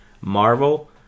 Marvel